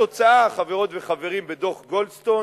התוצאה, חברות וחברים, בדוח-גולדסטון